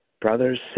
brothers